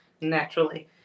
naturally